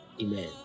amen